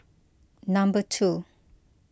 number two